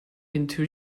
into